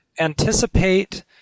anticipate